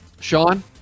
Sean